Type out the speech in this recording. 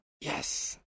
yes